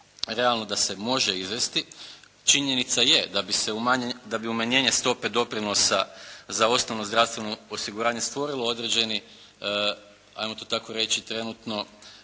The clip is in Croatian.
da se može izvesti. Činjenica je da bi umanjenje stope doprinosa za osnovno zdravstvo osiguranje stvorilo određeni ajmo to tako reći trenutno